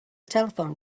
telephone